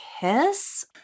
kiss